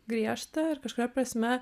griežta ir kažkuria prasme